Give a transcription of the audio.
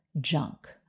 junk